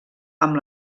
amb